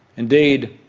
indeed,